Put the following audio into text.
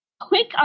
Quick